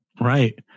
right